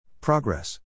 Progress